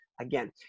again